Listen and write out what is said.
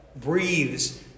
breathes